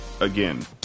Again